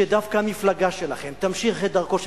שדווקא המפלגה שלכם תמשיך את דרכו של